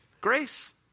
Grace